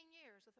years